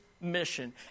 mission